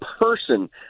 person